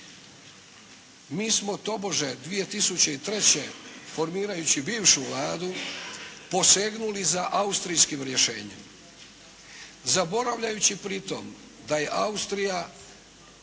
Mi smo tobože 2003. formirajući bivšu Vladu posegnuli za austrijskim rješenjem zaboravljajući pri tom da je Austrija